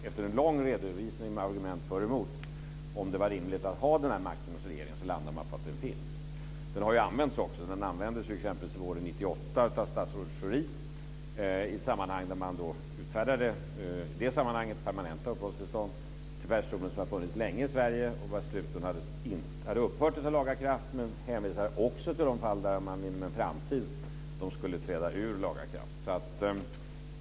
Efter en lång redovisning med argument för och emot om det var rimligt att ha den här makten hos regeringen landar man på att den finns. Den har också använts, exempelvis våren 1998 av statsrådet Schori i ett sammanhang där man utfärdade permanenta uppehållstillstånd för personer som funnits länge i Sverige och där besluten hade upphört att ha laga kraft, men hänvisar också till de fall där de inom en framtid skulle träda ur laga kraft.